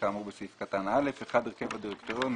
כאמור בסעיף קטן (א): הרכב הדירקטוריון,